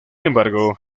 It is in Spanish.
embargo